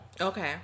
Okay